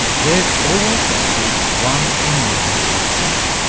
there's always going to be one enormous obstacle.